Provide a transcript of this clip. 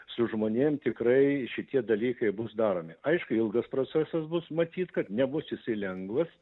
su žmonėm tikrai šitie dalykai bus daromi aišku ilgas procesas bus matyt kad nebus jisai lengvas